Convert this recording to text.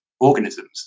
organisms